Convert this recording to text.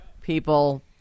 People